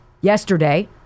yesterday